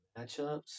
matchups